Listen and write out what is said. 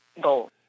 goal